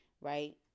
right